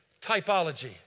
Typology